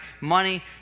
money